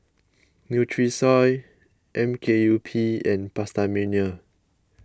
Nutrisoy M K U P and PastaMania